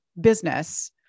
business